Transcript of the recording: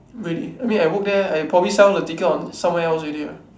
really I mean I work there I probably sell the ticket on somewhere else already lah